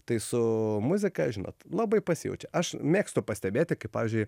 tai su muzika žinot labai pasijaučia aš mėgstu pastebėti kaip pavyzdžiui